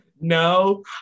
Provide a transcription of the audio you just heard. No